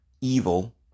evil